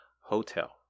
hotel